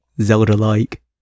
Zelda-like